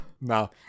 No